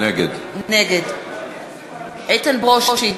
נגד איתן ברושי,